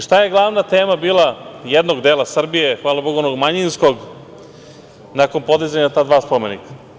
Šta je glavna tema bila jednog dela Srbije, hvala bogu onog manjinskog, nakon podizanja ta dva spomenika?